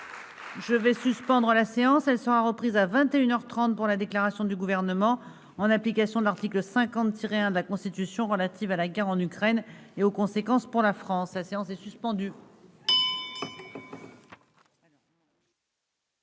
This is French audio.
Je vais suspendre la séance, elle sera reprise à 21 heures 30 pour la déclaration du gouvernement, en application de l'article 50 tirer hein la Constitution relatives à la guerre en Ukraine et aux conséquences pour la France, la séance est suspendue.